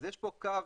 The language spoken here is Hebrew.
אז יש פה קו